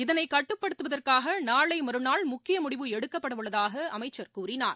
இதனைகட்டுப்படுத்துவதற்காகநாளைமறுநாள் முக்கியமுடிவு எடுக்கப்படவுள்ளதாகஅமைச்சர் கூறினார்